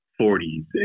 forties